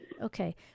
Okay